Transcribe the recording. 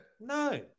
No